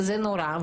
זה נורא.